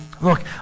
Look